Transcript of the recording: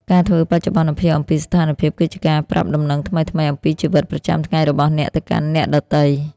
ការធ្វើបច្ចុប្បន្នភាពអំពីស្ថានភាព គឺជាការប្រាប់ដំណឹងថ្មីៗអំពីជីវិតប្រចាំថ្ងៃរបស់អ្នកទៅកាន់អ្នកដទៃ។